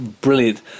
Brilliant